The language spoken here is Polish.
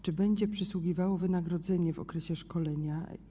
Czy będzie przysługiwało wynagrodzenie w okresie szkolenia?